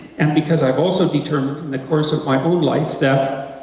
and because i've also determined in the course of my own life that,